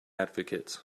advocates